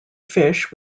fish